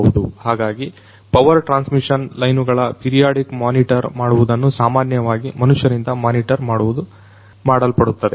ಹಾಗಾಗಿ power transmission ಲೈನುಗಳ periodic monitor ಮಾಡುವುದನ್ನು ಸಾಮಾನ್ಯವಾಗಿ ಮನುಷ್ಯನಿಂದ ಮಾನಿಟರ್ ಮಾಡುವುದು ಮಾಡಲ್ಪಡುತ್ತದೆ